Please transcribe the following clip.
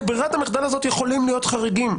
לברירת המחדל הזאת יכולים להיות חריגים,